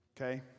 Okay